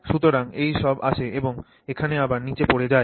সুতরাং এই সব আসে এবং এখানে আবার নিচে পড়ে যায়